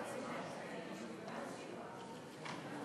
הצעת החוק לא התקבלה.